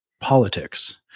politics